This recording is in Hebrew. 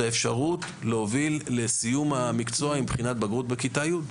האפשרות להוביל לסיום לימוד המקצוע עם בחינת בגרות בכיתה י'.